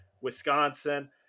wisconsin